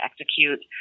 execute